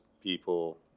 people